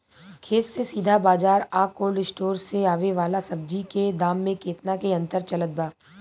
खेत से सीधा बाज़ार आ कोल्ड स्टोर से आवे वाला सब्जी के दाम में केतना के अंतर चलत बा?